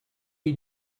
you